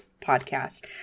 podcast